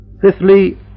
Fifthly